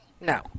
no